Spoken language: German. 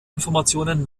informationen